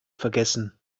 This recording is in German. vergessen